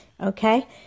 Okay